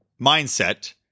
mindset